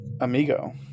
Amigo